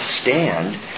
stand